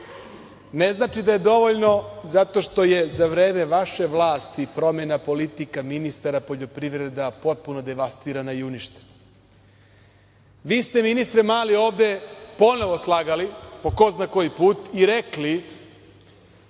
Ne znači da je dovoljno zato što je za vreme vaše vlasti promena politika ministara poljoprivreda potpuno devastirana i uništena. Vi ste ministre Mali ovde ponovo slagali, po ko zna koji put, i rekli